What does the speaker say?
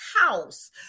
house